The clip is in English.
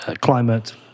climate